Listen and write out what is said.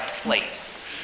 place